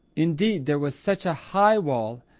indeed, there was such a high wall,